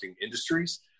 industries